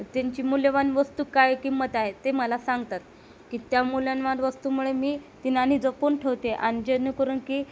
त्यांची मूल्यवान वस्तू काय किंमत आहे ते मला सांगतात की त्या मुल्यवान वस्तूमुळे मी ती नाणी जपून ठेवते आणि जेणेकरून की